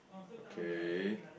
okay